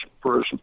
prison